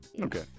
Okay